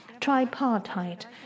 tripartite